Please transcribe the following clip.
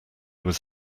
was